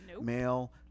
male